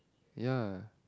ya